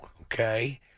Okay